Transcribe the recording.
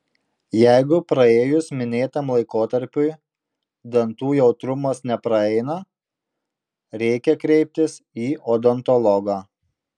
jeigu praėjus minėtam laikotarpiui dantų jautrumas nepraeina reikia kreiptis į odontologą